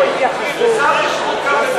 הייתה פה התייחסות לשרה לבני,